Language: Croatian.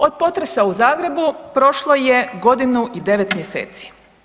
Od potresa u Zagrebu prošlo je godinu i 9 mjeseci.